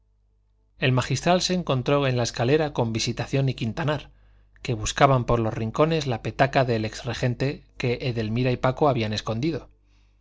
el magistral se encontró en la escalera con visitación y quintanar que buscaban por los rincones la petaca del ex regente que edelmira y paco habían escondido